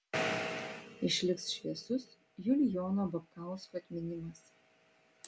išliks šviesus julijono babkausko atminimas